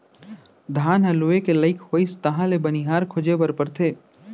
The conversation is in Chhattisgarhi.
धान ह लूए के लइक होइस तहाँ ले बनिहार खोजे बर परथे